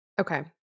Okay